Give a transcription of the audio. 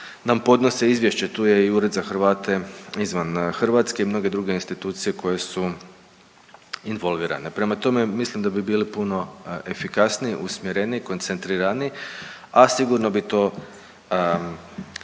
nam podnose izvješće, tu je i Ured za Hrvate izvan Hrvatske i mnoge druge institucije koje su involvirane. Prema tome mislim da bi bili puno efikasniji, usmjereniji, koncentriraniji, a sigurno bi to